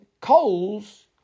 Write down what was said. coals